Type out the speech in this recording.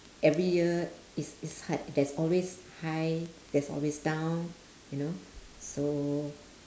every year is is hard there's always high there's always down you know so